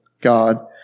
God